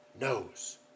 knows